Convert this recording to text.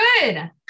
good